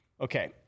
Okay